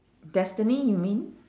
destiny you mean